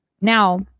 Now